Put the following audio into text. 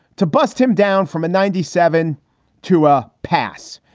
to bust him down from a ninety seven to a pass,